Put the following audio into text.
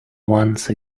once